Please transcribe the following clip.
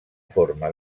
forma